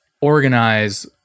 organize